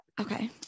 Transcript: Okay